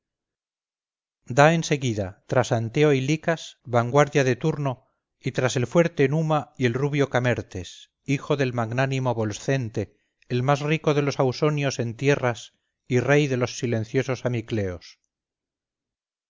da en seguida tras anteo y licas vanguardia de turno y tras el fuerte numa y el rubio camertes hijo del magnánimo volscente el más rico de los ausonios en tierras y rey de los silenciosos